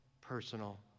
personal